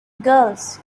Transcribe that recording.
girls